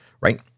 Right